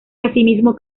asimismo